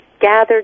gathered